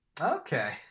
Okay